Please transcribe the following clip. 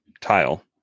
tile